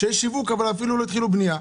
שיווק, אבל אפילו לא התחילו את הבנייה.